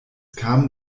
kamen